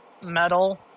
metal